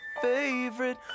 favorite